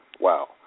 wow